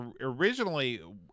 originally